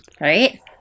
Right